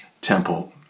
temple